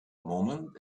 moment